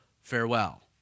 farewell